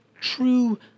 true